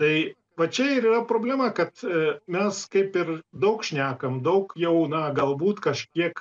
tai va čia ir yra problema kad mes kaip ir daug šnekam daug jau na galbūt kažkiek